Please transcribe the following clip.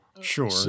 Sure